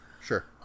Sure